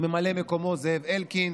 וממלא מקומו: זאב אלקין,